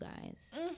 guys